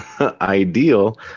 ideal